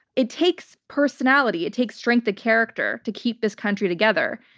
it takes personality. it takes strength of character to keep this country together.